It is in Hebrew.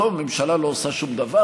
הראשונה, זמננו לא עבר.